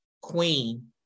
Queen